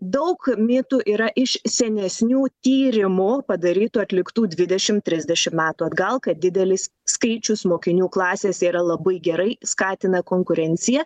daug mitų yra iš senesnių tyrimų padarytų atliktų dvidešim trisdešim metų atgal kad didelis skaičius mokinių klasėse yra labai gerai skatina konkurenciją